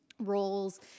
roles